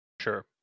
Sure